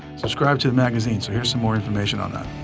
subscribe to the magazine. so here's some more information on that.